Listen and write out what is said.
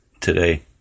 today